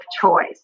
choice